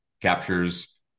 captures